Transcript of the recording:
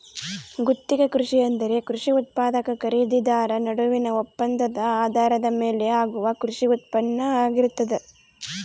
ಗುತ್ತಿಗೆ ಕೃಷಿ ಎಂದರೆ ಕೃಷಿ ಉತ್ಪಾದಕ ಖರೀದಿದಾರ ನಡುವಿನ ಒಪ್ಪಂದದ ಆಧಾರದ ಮೇಲೆ ಆಗುವ ಕೃಷಿ ಉತ್ಪಾನ್ನ ಆಗಿರ್ತದ